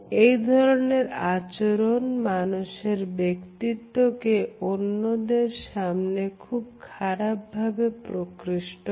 এ ধরনের আচরণ মানুষের ব্যক্তিত্বকে অন্যদের সামনে খুব খারাপভাবে প্রকৃষ্ট করে